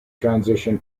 transition